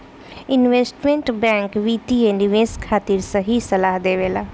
investment bank वित्तीय निवेश खातिर सही सलाह देबेला